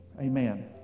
Amen